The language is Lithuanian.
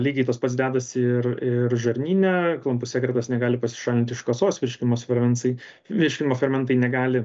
lygiai tas pats dedasi ir ir žarnyne klampus sekretas negali pasišalinti iš kasos virškinimosi fermencai virškinimo fermentai negali